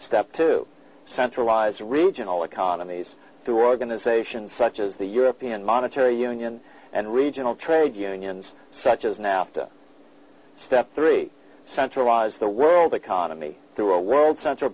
step to centralize regional economies through organizations such as the european monetary union and regional trade unions such as an after step three central was the world economy through world central